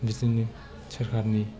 बिथोननि सोरखारनि